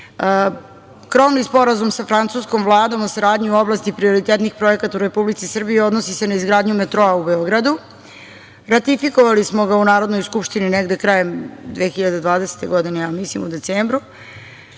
Srbiji. Krovni Sporazum sa francuskom Vladom o saradnji u oblasti prioritetnih projekata u Republici Srbiji odnosi se na izgradnju metroa u Beogradu. Ratifikovali smo ga u Narodnoj skupštini negde krajem 2020. godine, mislim, u decembru.